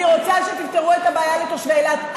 אני רוצה שתפתרו את הבעיה לתושבי אילת.